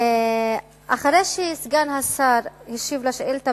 אחרי שסגן השר השיב על השאילתא,